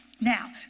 Now